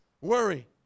worry